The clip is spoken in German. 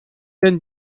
denn